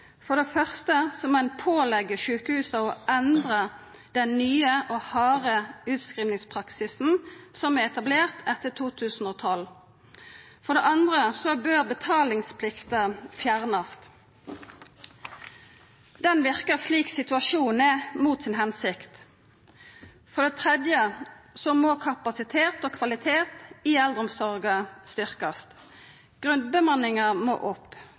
For det første må ein påleggja sjukehusa å endra den nye og harde utskrivingspraksisen som er etablert etter 2012. For det andre bør betalingsplikta fjernast. Ho verkar, slik situasjonen er, mot si hensikt. For det tredje må kapasitet og kvalitet i eldreomsorga verta styrkt. Grunnbemanninga må opp.